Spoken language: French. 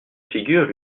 figures